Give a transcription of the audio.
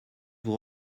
vous